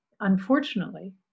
Unfortunately